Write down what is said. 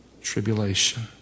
tribulation